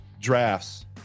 drafts